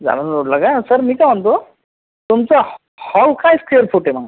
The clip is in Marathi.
जांभरून रोडला काय सर मी काय म्हणतो तुमचा हॉ हॉल काय स्क्वेअर फूट आहे मग